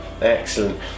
Excellent